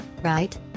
right